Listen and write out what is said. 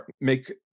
Make